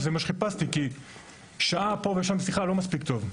זה מה שחיפשתי כי שעה פה ושם שיחה לא מספיקים טובים.